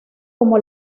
como